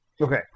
Okay